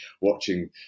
watching